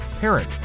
parent